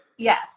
Yes